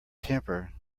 temper